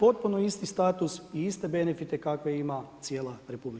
Potpuno isti status i iste benefite kakve ima cijela RH.